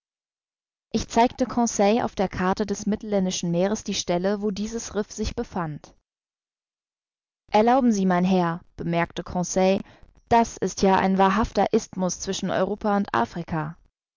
ich zeigte conseil auf der karte des mittelländischen meeres die stelle wo dieses riff sich befand erlauben sie mein herr bemerkte conseil das ist ja ein wahrhafter isthmus zwischen europa und afrika